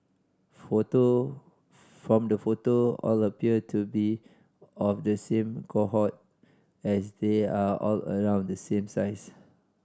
photo from the photo all appear to be of the same cohort as they are all around the same size